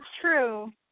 true